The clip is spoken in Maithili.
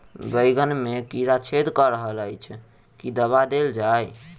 बैंगन मे कीड़ा छेद कऽ रहल एछ केँ दवा देल जाएँ?